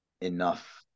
enough